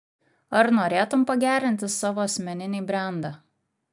ar norėtum pagerinti savo asmeninį brendą